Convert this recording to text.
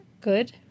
Good